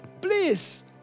Please